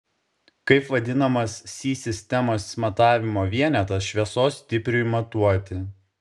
kaip vadinamas si sistemos matavimo vienetas šviesos stipriui matuoti